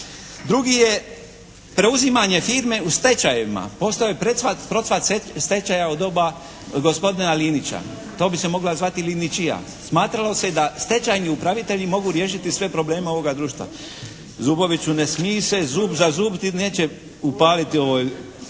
Drugi je preuzimanje firme u stečajevima. Postao je procvat stečaja u doba gospodina Linića. To bi se mogla zvati "liničija". Smatralo se da stečajni upravitelji mogu riješiti sve probleme ovoga društva. Zuboviću ne smij se, zub za zub ti neće upaliti u ovoj.